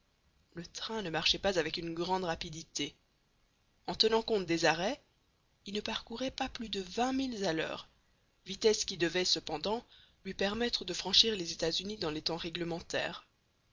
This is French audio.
le train ne marchait pas avec une grande rapidité en tenant compte des arrêts il ne parcourait pas plus de vingt milles à l'heure vitesse qui devait cependant lui permettre de franchir les états-unis dans les temps réglementaires